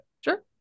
Sure